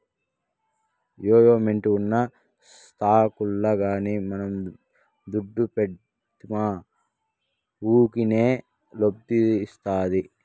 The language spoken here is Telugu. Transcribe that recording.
మొమెంటమ్ ఉన్న స్టాకుల్ల గానీ మనం దుడ్డు పెడ్తిమా వూకినే లాబ్మొస్తాది